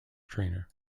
trainer